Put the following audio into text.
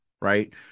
right